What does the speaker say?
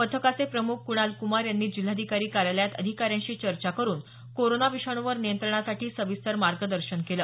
पथकाचे प्रमुख कुणाल कुमार यांनी जिल्हाधिकारी कार्यालयात अधिकाऱ्यांशी चर्चा करुन कोरोना विषाणूवर नियंत्रणासाठी सविस्तर मार्गदर्शन केलं